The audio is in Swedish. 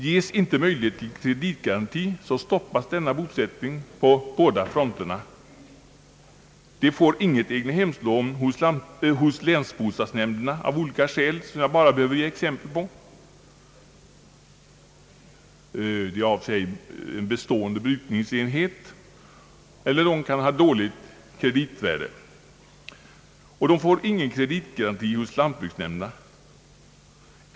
Ges inte möjlighet till kreditgaranti, stoppas denna bosättning på båda fronterna. Vederbörande får inga egnahemslån hos länsbostadsnämnden, av olika skäl som jag bara behöver ge exempel på: de avser ej bestående brukningsenheter eller de kan ha dåligt kreditvärde. Inte heller får vederbörande någon kreditgaranti hos lantbruksnämnderna.